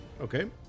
Okay